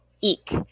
Eek